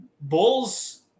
bulls